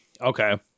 okay